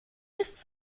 ist